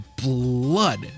blood